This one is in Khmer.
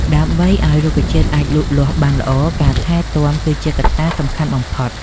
ដើម្បីឲ្យរុក្ខជាតិអាចលូតលាស់បានល្អ ការថែទាំគឺជាកត្តាសំខាន់បំផុត។